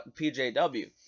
PJW